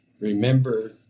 Remember